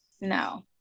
no